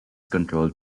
controlled